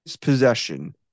possession